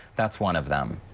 that's one of them.